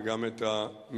וגם את המחאה,